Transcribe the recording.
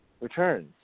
Returns